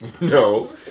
no